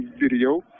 video